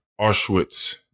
Auschwitz